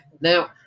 now